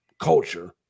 culture